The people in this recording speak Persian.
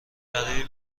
برای